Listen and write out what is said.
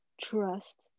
Trust